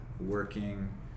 working